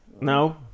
No